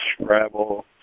Scrabble